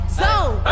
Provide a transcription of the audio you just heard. zone